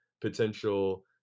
potential